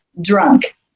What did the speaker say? drunk